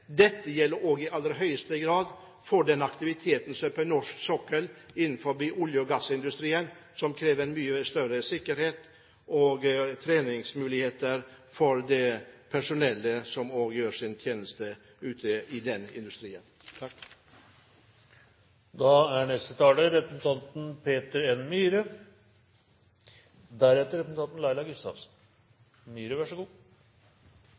Dette gjelder ikke bare for den militære siden og internasjonal trening og vedlikehold – dette gjelder i aller høyeste grad også for den aktiviteten som er på norsk sokkel innenfor olje- og gassindustrien, som krever mye større sikkerhet og treningsmuligheter for det personellet som gjør sin tjeneste i den industrien. Jeg er